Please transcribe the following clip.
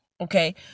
Okay